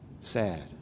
sad